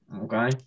Okay